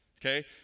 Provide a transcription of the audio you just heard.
okay